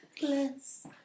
bless